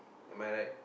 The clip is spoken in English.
am I right